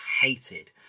hated